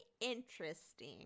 interesting